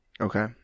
Okay